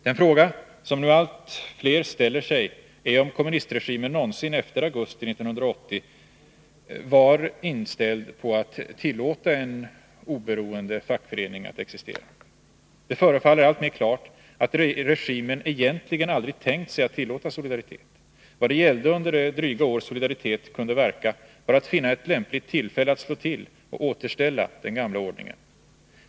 Den fråga som nu allt fler ställer sig är om kommunistregimen någonsin efter augusti 1980 var inställd på att tillåta en oberoende fackförening att existera. Det förefaller alltmer klart att regimen egentligen aldrig tänkt sig att tillåta Solidaritet. Vad det gällde under det dryga år Solidaritet kunde verka varatt finna ett lämpligt tillfälle att slå till och återställa den gamla ordningen.